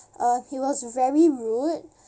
uh he was very rude